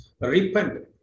Repent